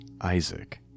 Isaac